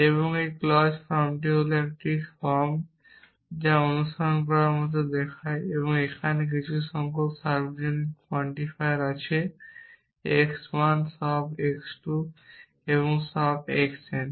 এবং একটি clause form হল একটি ফর্ম যা অনুসরণ করার মত দেখায় এখানে কিছু সংখ্যক সার্বজনীন কোয়ান্টিফায়ার আছে x 1 সব x 2 সব x n